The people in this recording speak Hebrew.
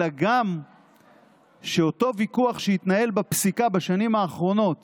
אלא גם שאותו ויכוח שהתנהל בפסיקה בשנים האחרונות